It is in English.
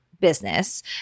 business